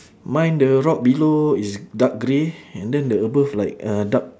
mine the rock below is dark grey and then the above like uh dark